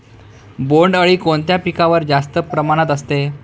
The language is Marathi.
बोंडअळी कोणत्या पिकावर जास्त प्रमाणात असते?